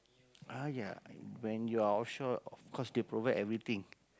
ah ya when you are offshore of course they provide everything